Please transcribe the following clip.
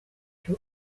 cyo